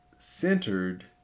centered